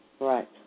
Right